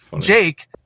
Jake